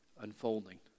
unfolding